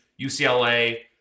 UCLA